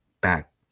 back